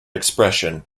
expression